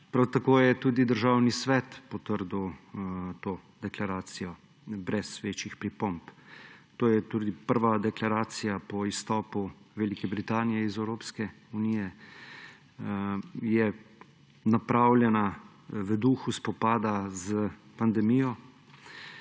Prav tako je Državni svet potrdil to deklaracijo brez večjih pripomb. To je tudi prva deklaracija po izstopu Velike Britanije iz Evropske unije, napravljena je v duhu spopada s pandemijo,